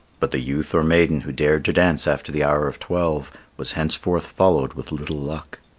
but the youth or maiden who dared to dance after the hour of twelve was henceforth followed with little luck.